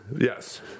Yes